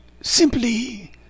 simply